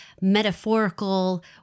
metaphorical